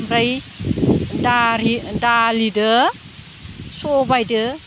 ओमफ्राय दालि दालिजों सबायजों